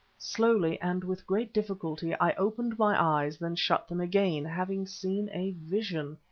slowly, and with great difficulty, i opened my eyes, then shut them again, having seen a vision.